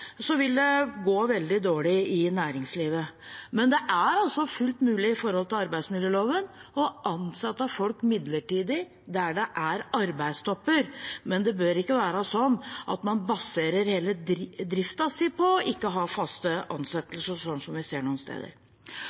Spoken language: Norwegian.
vil det gå veldig dårlig i næringslivet. Men det er i henhold til arbeidsmiljøloven fullt mulig å ansette folk midlertidig der det er arbeidstopper, men man bør ikke basere hele driften sin på ikke å ha faste ansettelser, som vi ser noen steder.